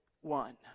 one